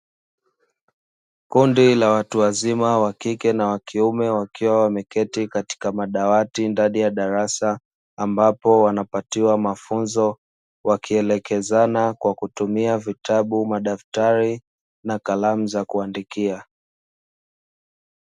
Kundi la watu wazima wa kike na wakiume wakiwa wameketi katika madawati ndani ya darasa, ambapo wanapatiwa mafunzo wakielekezana kwa kutumia vitabu, madaftari na kalamu za kuandikia.